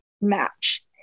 match